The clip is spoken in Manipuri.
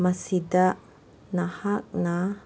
ꯃꯁꯤꯗ ꯅꯍꯥꯛꯅ